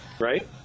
right